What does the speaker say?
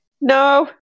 No